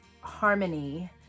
harmony